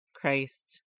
Christ